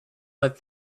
but